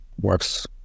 works